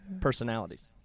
personalities